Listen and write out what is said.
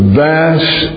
vast